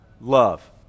Love